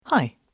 Hi